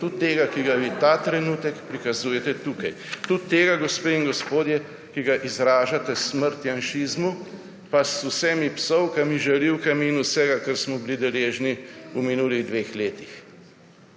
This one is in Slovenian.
Tudi tega, ki ga vi ta trenutek prikazujete tukaj. Tudi tega, gospe in gospodje, ki ga izražate s »smrt janšizmu« pa z vsemi psovkami, žaljivkami in vsega, kar smo bili deležni v minulih dveh letih.